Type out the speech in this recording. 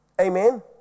Amen